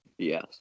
Yes